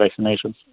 vaccinations